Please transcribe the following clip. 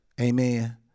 Amen